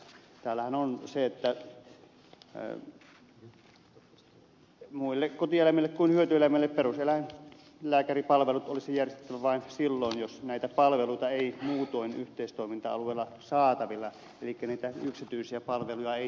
täällähän mainitaan että muille kotieläimille kuin hyötyeläimille peruseläinlääkäripalvelut olisi järjestettävä vain silloin jos näitä palveluita ei muutoin yhteistoiminta alueella ole saatavilla elikkä niitä yksityisiä palveluja ei tule